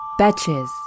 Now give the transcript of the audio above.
Betches